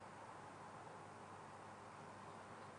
לכולם,